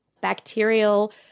bacterial